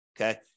okay